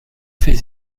fait